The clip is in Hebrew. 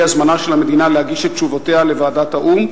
זמנה של המדינה להגיש את תשובותיה לוועדת האו"ם.